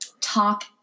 talk